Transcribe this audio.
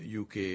UK